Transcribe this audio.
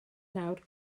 nawr